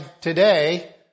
today